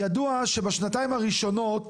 ידוע שבשנתיים הראשונות